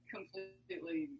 completely